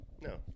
No